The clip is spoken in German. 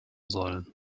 sollen